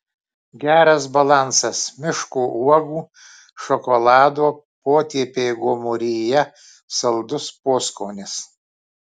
geras balansas miško uogų šokolado potėpiai gomuryje saldus poskonis